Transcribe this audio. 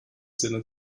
sinne